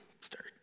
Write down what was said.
start